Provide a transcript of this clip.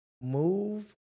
move